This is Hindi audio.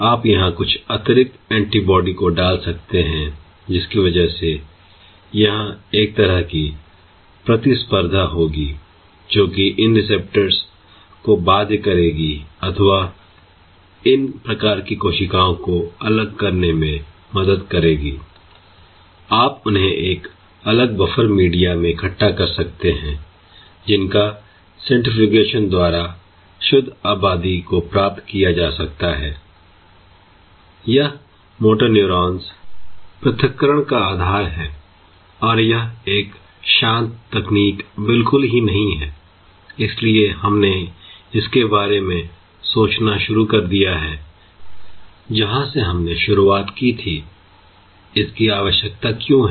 आप यहां कुछ अतिरिक्त एंटीबॉडी को डाल सकते हैं जिसकी वजह से यहां एक तरह की प्रतिस्पर्धा होगी जोकि इन रिसेप्टर्स को बाध्य करेगी अथवा इन प्रकार की कोशिकाओं को अलग करने में मदद करेगा I आप उन्हें एक अलग बफर मीडिया में इकट्ठा कर सकते हैंजिनका सेंट्रीफ्यूजीएशन द्वारा शुद्ध आबादी को प्राप्त किया जा सकता है I यह मोटर न्यूरॉन्स पृथक्करण का आधार है और यह एक शांत तकनीक बिल्कुल ही नहीं है I इसलिए हमने इसके बारे में सोचना शुरू कर दिया है जहां से हमने शुरुआत की थी I इसकी आवश्यकता क्यों है